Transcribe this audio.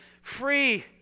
free